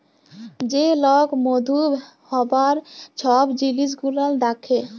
যে লক মধু হ্যবার ছব জিলিস গুলাল দ্যাখে